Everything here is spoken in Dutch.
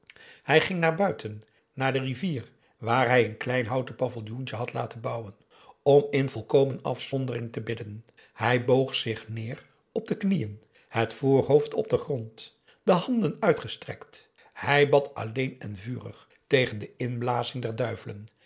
hij ging naar buiten naar de rivier waar hij een klein houten paviljoentje had laten bouwen om in volkomen afzondering te bidden hij boog zich neer op de knieën het voorhoofd op den grond de handen uitgestrekt hij bad alleen en vurig tegen de inblazing der duivelen